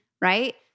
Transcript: Right